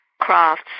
crafts